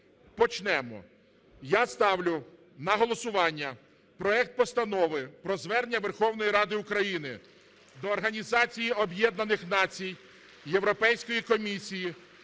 почнемо. Я ставлю на голосування проект Постанови про звернення Верховної Ради України до Організації Об'єднаних Націй, Європейської комісії,